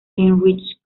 heinrich